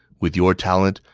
with your talent,